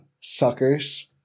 Suckers